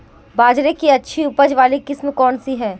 बाजरे की अच्छी उपज वाली किस्म कौनसी है?